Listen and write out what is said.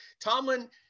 tomlin